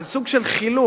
זה סוג של חילול,